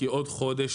כי בעוד חודש,